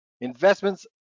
Investments